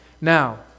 Now